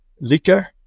liquor